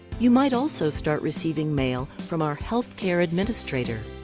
you might also start receiving mail from our health care administrator.